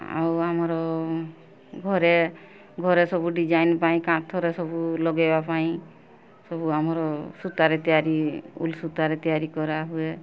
ଆଉ ଆମର ଘରେ ଘରେ ସବୁ ଡିଜାଇନ୍ ପାଇଁ କାନ୍ଥରେ ସବୁ ଲଗେଇବା ପାଇଁ ସବୁ ଆମର ସୁତାରେ ତିଆରି ଉଲ୍ ସୁତାରେ ତିଆରି କରାହୁଏ